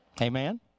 Amen